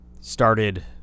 Started